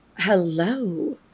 Hello